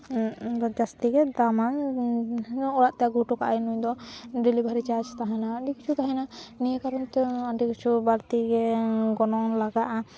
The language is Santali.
ᱡᱟᱹᱥᱛᱤ ᱜᱮ ᱫᱟᱢᱟ ᱱᱚᱣᱟ ᱚᱲᱟᱜ ᱛᱮ ᱟᱹᱜᱩ ᱦᱚᱴᱚ ᱠᱟᱜ ᱟᱭ ᱱᱩᱭ ᱫᱚ ᱰᱮᱞᱤᱵᱷᱟᱨᱤ ᱪᱟᱨᱡᱽ ᱛᱟᱦᱮᱱᱟ ᱟᱹᱰᱤ ᱠᱤᱪᱷᱩ ᱛᱟᱦᱮᱱᱟ ᱱᱤᱭᱟᱹ ᱠᱟᱨᱚᱱ ᱛᱮ ᱟᱹᱰᱤ ᱠᱤᱪᱷᱩ ᱵᱟᱹᱲᱛᱤ ᱜᱮ ᱜᱚᱱᱚᱝ ᱞᱟᱜᱟᱜᱼᱟ